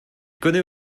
connaît